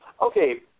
Okay